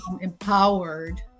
empowered